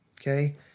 okay